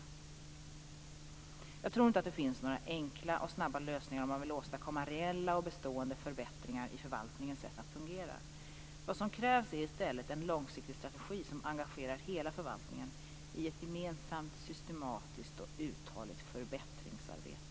Jag tror inte att det finns några enkla och snabba lösningar om man vill åstadkomma reella och bestående förbättringar i förvaltningens sätt att fungera. Vad som krävs är i stället en långsiktig strategi som engagerar hela förvaltningen i ett gemensamt, systematiskt och uthålligt förbättringsarbete.